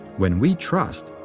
when we trust,